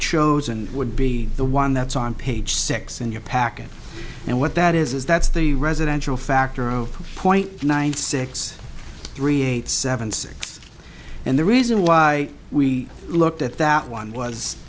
chosen would be the one that's on page six in your package and what that is is that's the residential factor zero point nine six three eight seven six and the reason why we looked at that one was